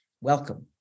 Welcome